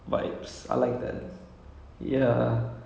oh peter park oh like tom holland lah